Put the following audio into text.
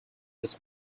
this